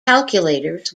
calculators